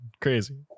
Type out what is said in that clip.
crazy